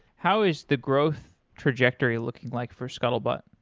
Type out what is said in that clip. how is the growth trajectory looking like for scuttlebutt?